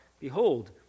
behold